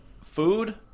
food